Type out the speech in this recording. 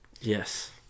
Yes